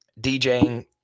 DJing